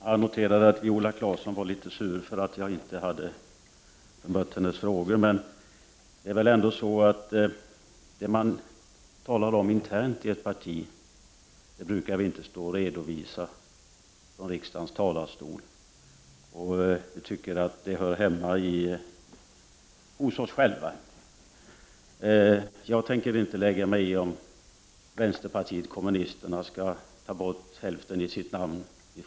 Herr talman! Jag noterar att Viola Claesson var litet sur för att jag inte besvarade hennes frågor. Det är väl ändå så, att vi i riksdagens talarstol inte brukar redovisa vad vi talar internt om inom ett parti. Sådant behåller vi för oss själva. Jag tänker inte lägga mig i om vänsterpartiet kommunisterna skall ta bort hälften av sitt namn.